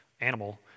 animal